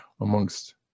amongst